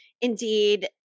indeed